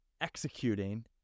executing